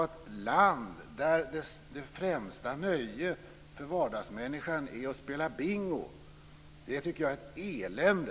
Ett land där vardagsmänniskans främsta nöje är att spela bingo tycker jag är ett elände.